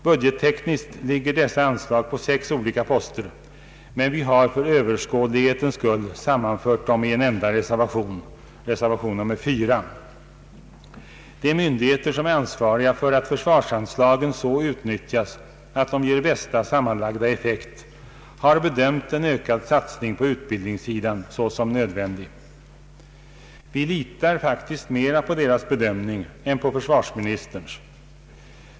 Budgettekniskt ligger dessa anslag på sex olika poster, men vi har för överskådlighetens skull sammanfört dem i en enda reservation, nr 4. De myndigheter som är ansvariga för att försvarsanslagen så utnyttjas att de ger bästa sammanlagda effekt har bedömt en ökad satsning på utbildningssidan såsom nödvändig. Vi litar mera på deras bedömning än på försvarsministerns.